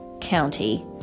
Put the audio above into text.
County